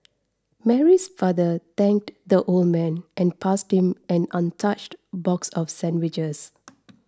Mary's father thanked the old man and passed him an untouched box of sandwiches